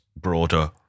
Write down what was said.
broader